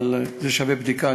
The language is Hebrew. אבל זה שווה בדיקה,